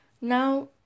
Now